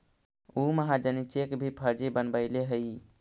उ महाजनी चेक भी फर्जी बनवैले हइ